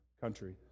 country